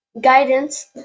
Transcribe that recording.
guidance